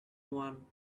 one